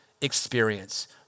experience